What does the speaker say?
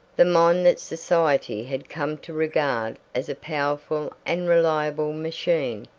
the mind that society had come to regard as a powerful and reliable machine,